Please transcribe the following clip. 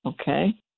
okay